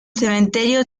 cementerio